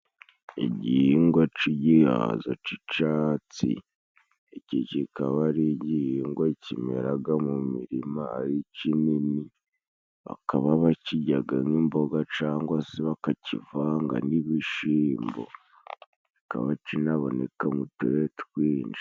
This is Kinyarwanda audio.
Igihingwa cigihaza cicatsi, iki kikaba ari igihingwa kimega mu mirima ari kinin,i bakaba bakiryaga nk'imboga cyangwa se bakakivanga n'ibishimbo, bikabacinabonekaga mu turere tw'inshi.